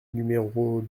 numéros